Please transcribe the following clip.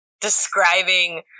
describing